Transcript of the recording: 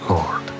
Lord